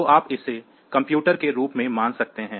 तो आप इसे कंप्यूटर के रूप में मान सकते हैं